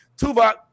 Tuvok